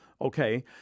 Okay